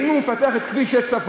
ואם הוא מפתח את כביש 6 צפונה,